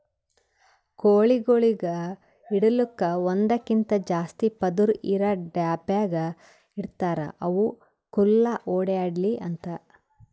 ಕೋಳಿಗೊಳಿಗ್ ಇಡಲುಕ್ ಒಂದಕ್ಕಿಂತ ಜಾಸ್ತಿ ಪದುರ್ ಇರಾ ಡಬ್ಯಾಗ್ ಇಡ್ತಾರ್ ಅವು ಖುಲ್ಲಾ ಓಡ್ಯಾಡ್ಲಿ ಅಂತ